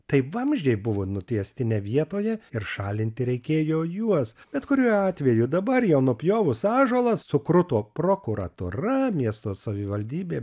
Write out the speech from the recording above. taip vamzdžiai buvo nutiesti ne vietoje ir šalinti reikėjo juos bet kuriuo atveju dabar jau nupjovus ąžuolas sukruto prokuratūra miesto savivaldybė